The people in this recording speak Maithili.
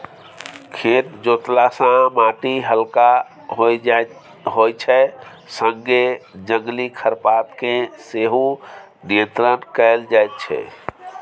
खेत जोतला सँ माटि हलका होइ छै संगे जंगली खरपात केँ सेहो नियंत्रण कएल जाइत छै